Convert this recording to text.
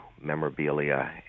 memorabilia